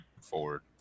forward